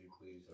please